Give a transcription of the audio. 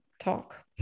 talk